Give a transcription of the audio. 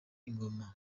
ingoma